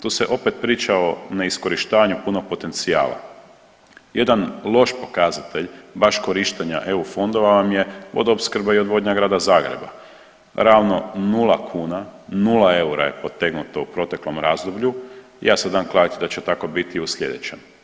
Tu se opet priča o neiskorištavanju puno potencijala, jedan loš pokazatelj baš korištenja eu fondova vam je Vodoopskrba i odvodnja grada Zagreba, realno nula kuna, nula eura je potegnuto u proteklom razdoblju i ja se dam kladit da će tako biti i u sljedećem.